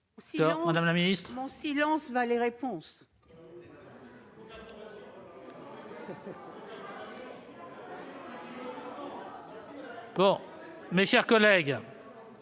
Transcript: Mon silence valait réponse.